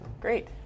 Great